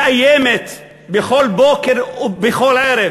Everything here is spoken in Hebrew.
מאיימת בכל בוקר ובכל ערב